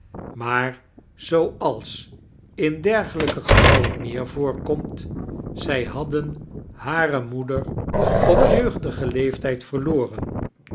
maar zooals in dergelijke gevallen meer voorkomt zij hadden hare moeder op jeugdigen leeeftijd verlochakles